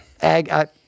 ag